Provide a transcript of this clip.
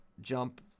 jump